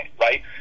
right